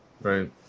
Right